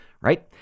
right